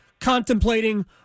contemplating